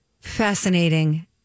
Fascinating